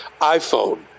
iPhone